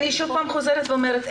אני שוב חוזרת ואומרת,